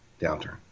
downturn